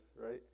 right